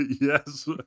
yes